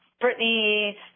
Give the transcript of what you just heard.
Brittany